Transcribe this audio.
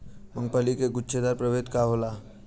मूँगफली के गुछेदार प्रभेद कौन होला?